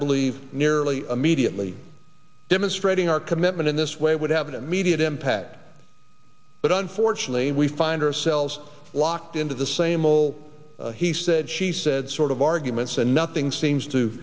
believe nearly immediately demonstrating our commitment in this way would have an immediate impact but unfortunately we find ourselves locked into the same will he said she said sort of arguments and nothing seems to